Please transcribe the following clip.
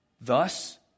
Thus